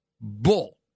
Bull